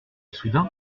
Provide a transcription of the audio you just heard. soudain